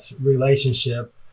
relationship